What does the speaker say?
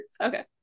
Okay